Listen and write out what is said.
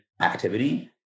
activity